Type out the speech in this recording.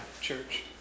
church